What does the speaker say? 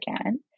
again